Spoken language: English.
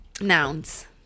Nouns